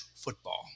football